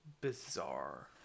bizarre